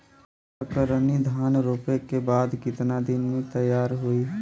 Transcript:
कतरनी धान रोपे के बाद कितना दिन में तैयार होई?